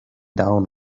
down